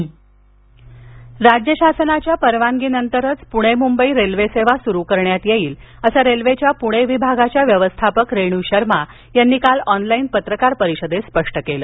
railway राज्य शासनाच्या परवानगीनंतरच पूणे मूंबई रेल्वेसेवा स्रु करण्यात येईल असं रेल्वेच्या प्रणे विभागाच्या व्यवस्थापक रेणू शर्मा यांनी काल ऑनलाईन पत्रकार परिषदेत स्पष्ट केलं